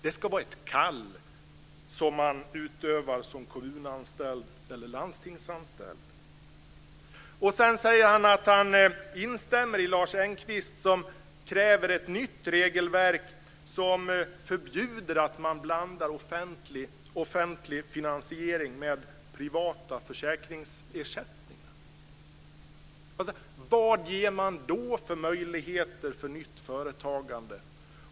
Det ska vara ett kall som man utövar som kommunanställd eller landstingsanställd. Sedan säger ministern att han håller med Lars Engqvist, som kräver ett nytt regelverk som förbjuder att man blandar offentlig finansiering med privata försäkringsersättningar. Vad ger man då för möjligheter för nytt företagande?